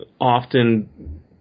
often